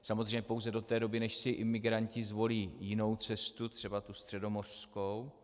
Samozřejmě pouze do té doby, než si imigranti zvolí jinou cestu, třeba tu středomořskou.